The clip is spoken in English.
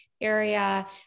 area